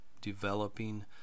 developing